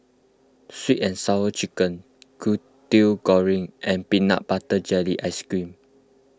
Sweet and Sour Chicken Kway Teow Goreng and Peanut Butter Jelly Ice Cream